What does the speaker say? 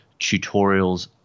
tutorials